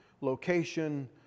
location